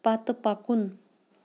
پتہٕ پکُن